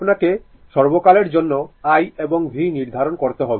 আপনাকে সর্বকালের জন্য i এবং v নির্ধারণ করতে হবে